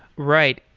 right.